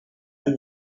pour